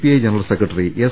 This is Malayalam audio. I general secretary S